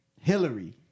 Hillary